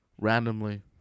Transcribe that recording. randomly